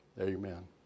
Amen